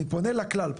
אני פונה לכלל,